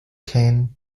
cane